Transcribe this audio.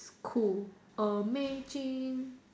cool amazing